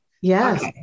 Yes